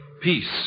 peace